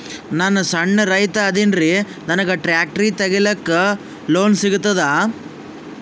ನಾನ್ ಸಣ್ ರೈತ ಅದೇನೀರಿ ನನಗ ಟ್ಟ್ರ್ಯಾಕ್ಟರಿ ತಗಲಿಕ ಲೋನ್ ಸಿಗತದ?